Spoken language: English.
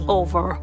over